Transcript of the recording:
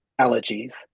allergies